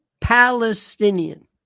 Palestinian